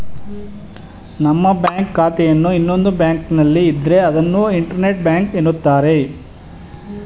ನಮ್ಮ ಬ್ಯಾಂಕ್ ಖಾತೆಯನ್ನು ಇನ್ನೊಂದು ಬ್ಯಾಂಕ್ನಲ್ಲಿ ಇದ್ರೆ ಅದನ್ನು ಇಂಟರ್ ಬ್ಯಾಂಕ್ ಎನ್ನುತ್ತಾರೆ